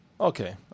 Okay